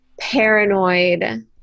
paranoid